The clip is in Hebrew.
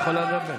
את יכולה לדבר.